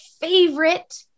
favorite